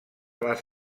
les